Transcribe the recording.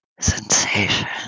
sensation